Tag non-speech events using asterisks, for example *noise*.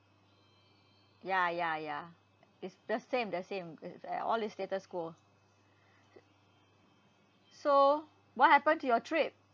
ya ya ya it's the same the same cause like all this status quo *noise* so what happened to your trip